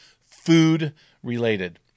food-related